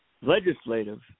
legislative